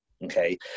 Okay